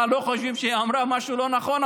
לא חושבים שהיא אמרה משהו לא נכון,